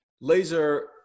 laser